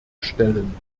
stellen